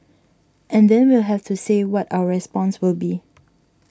and then we'll have to say what our response will be